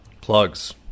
Plugs